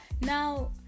Now